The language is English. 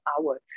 hour